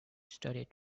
studied